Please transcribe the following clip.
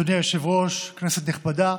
אדוני היושב-ראש, כנסת נכבדה,